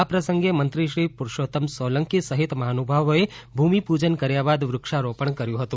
આ પ્રસંગે મંત્રી શ્રી પુરુષોત્તમ સોલંકી સહિત મહાનુભાવોએ ભૂમિપૂજન કર્યા બાદ વૃક્ષારોપણ કર્યુ હતું